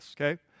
okay